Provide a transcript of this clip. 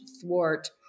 thwart